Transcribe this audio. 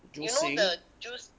juicing